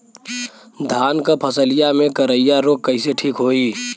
धान क फसलिया मे करईया रोग कईसे ठीक होई?